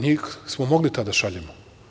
Njih smo mogli tad da šaljemo.